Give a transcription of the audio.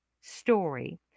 story